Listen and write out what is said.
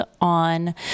on